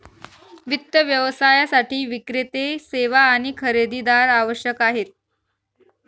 वित्त व्यवसायासाठी विक्रेते, सेवा आणि खरेदीदार आवश्यक आहेत